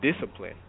discipline